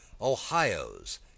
Ohio's